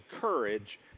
courage